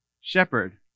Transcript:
shepherd